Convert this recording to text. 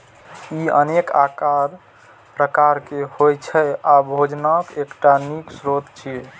ई अनेक आकार प्रकार के होइ छै आ भोजनक एकटा नीक स्रोत छियै